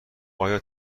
آیا